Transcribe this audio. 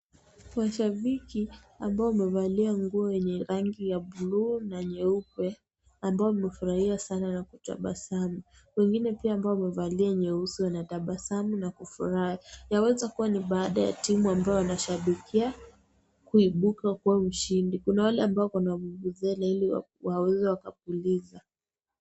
Mashabiki ambao wamevalia nguo lenye rangi ya bluu na nyeupe ambao wanafurahia sana na kutabasamu. Wengine pia ambaye wamevalia nyeusi wanatabasamu na kufurahi, yaweza kuwa ni baada ya timu ambayo wanashabikia kuepuka kuwa ushindi, kuna wale ambao wako na tarumbeta ili waweze wakapuliza.